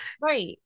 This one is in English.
Right